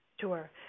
Sure